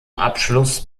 abschluss